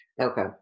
Okay